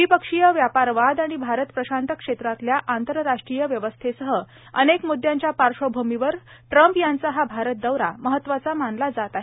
द्वीपक्षीय व्यापार वाद आणि भारत प्रशांत क्षेत्रातल्या आंतरराष्ट्रीय व्यवस्थेसह अनेक मुद्दयांच्या पार्श्वभूमीवर ट्रम्प यांचा हा भारत दौरा महत्त्वाचा मानला जात आहे